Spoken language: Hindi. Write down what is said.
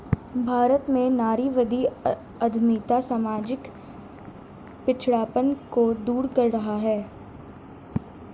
भारत में नारीवादी उद्यमिता सामाजिक पिछड़ापन को दूर कर रहा है